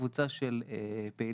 כקבוצה של פעילים,